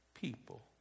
people